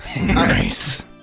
Nice